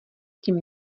tím